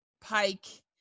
pike